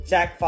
Jack